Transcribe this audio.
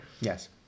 Yes